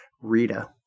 Rita